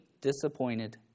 disappointed